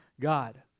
God